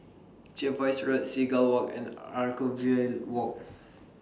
Jervois Road Seagull Walk and Anchorvale Walk